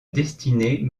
destinée